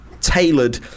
tailored